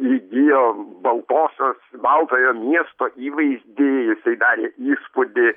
įgijo baltosios baltojo miesto įvaizdį jisai darė įspūdį